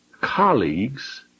colleagues